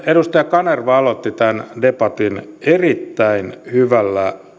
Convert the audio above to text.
edustaja kanerva aloitti tämän debatin erittäin hyvällä